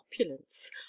opulence